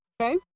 Okay